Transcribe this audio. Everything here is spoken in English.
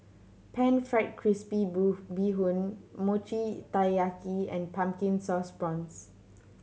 pan fried crispy bee hoon Mochi Taiyaki and Pumpkin Sauce Prawns